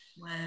Wow